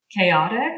chaotic